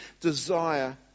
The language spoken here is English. desire